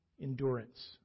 endurance